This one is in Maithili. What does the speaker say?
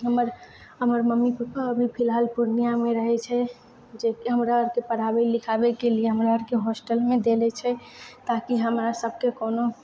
हमर हमर मम्मी पापा भी अभी फिलहाल पूर्णियामे रहै छै जे कि हमरा आरके पढ़ाबै लिखाबैके लिए हमरा आर के हॉस्टलमे देले छै ताकि हमरा सबके कोनो